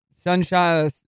Sunshine